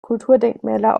kulturdenkmäler